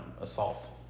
assault